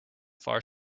far